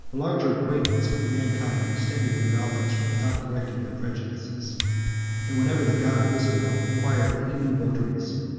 a larger acquaintance with mankind extended their knowledge without correcting their prejudices and whenever the god of israel acquired any new votaries,